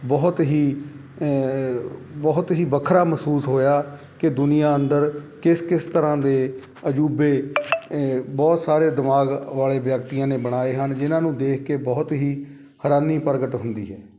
ਬਹੁਤ ਹੀ ਬਹੁਤ ਹੀ ਵੱਖਰਾ ਮਹਿਸੂਸ ਹੋਇਆ ਕਿ ਦੁਨੀਆ ਅੰਦਰ ਕਿਸ ਕਿਸ ਤਰ੍ਹਾਂ ਦੇ ਅਜੂਬੇ ਬਹੁਤ ਸਾਰੇ ਦਿਮਾਗ ਵਾਲੇ ਵਿਅਕਤੀਆਂ ਨੇ ਬਣਾਏ ਹਨ ਜਿਨ੍ਹਾਂ ਨੂੰ ਦੇਖ ਕੇ ਬਹੁਤ ਹੀ ਹੈਰਾਨੀ ਪ੍ਰਗਟ ਹੁੰਦੀ ਹੈ